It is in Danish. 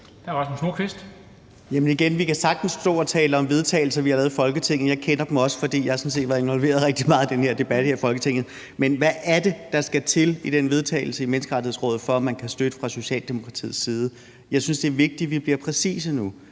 13:39 Rasmus Nordqvist (SF): Jamen igen: Vi kan sagtens stå og tale om de forslag til vedtagelse, vi har lavet i Folketinget – jeg kender dem også, for jeg har sådan set været involveret rigtig meget i den her debat her i Folketinget. Men hvad er det, der skal til i den vedtagelse i Menneskerettighedsrådet, for at man fra Socialdemokratiets side kan støtte det? Jeg synes, det er vigtigt, at vi bliver præcise nu.